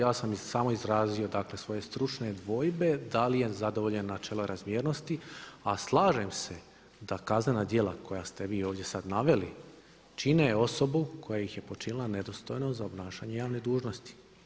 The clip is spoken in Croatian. Ja sam samo izrazio, dakle svoje stručne dvojbe da li je zadovoljen načelo razmjernosti, a slažem se da kaznena djela koja ste vi ovdje sad naveli čine osobu koja ih je počinila nedostojnom za obnašanje javne dužnosti.